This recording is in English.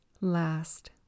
Last